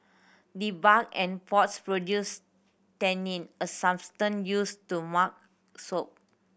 the bark and pods produce tannin a substance used to mark soap